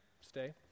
stay